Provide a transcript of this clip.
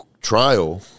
trial